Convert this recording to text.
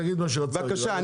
תגיד מה שרצית לומר.